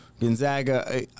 gonzaga